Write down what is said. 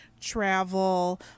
travel